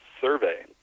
Survey